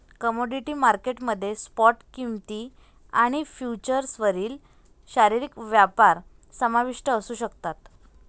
commodity market मध्ये spot किंमती आणि फ्युचर्सवरील शारीरिक व्यापार समाविष्ट असू शकतात